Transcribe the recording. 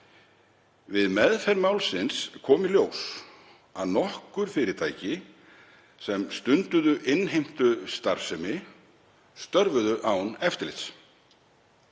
Við meðferð málsins kom í ljós að nokkur fyrirtæki sem stunduðu innheimtustarfsemi störfuðu án eftirlits